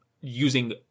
using